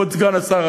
כבוד סגן השר.